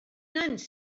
nuns